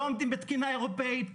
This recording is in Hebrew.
לא עומדים בתקינה אירופית.